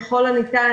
ככל הניתן,